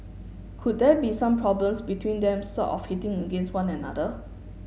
could there be some problems between them sort of hitting against one another